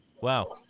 wow